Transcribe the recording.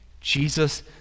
Jesus